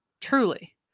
truly